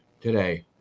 today